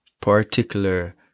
particular